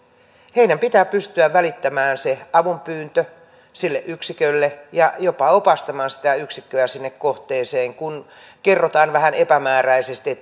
heidän pitää pystyä välittämään se avunpyyntö sille yksikölle ja jopa opastamaan se yksikkö sinne kohteeseen kun kerrotaan vähän epämääräisesti